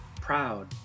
proud